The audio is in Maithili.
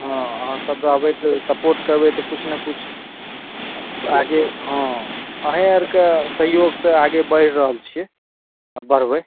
हँ अहाँसभ रहबै तऽ सपोर्ट करबै तऽ किछु ने किछु आगे हँ अहीँ आओरके सहयोगसँ आगे बढ़ि रहल छियै आ बढ़बै